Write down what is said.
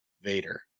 Vader